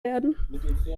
werden